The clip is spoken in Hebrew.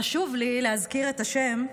חשוב לי להזכיר את השם,